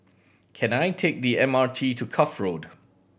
can I take the M R T to Cuff Road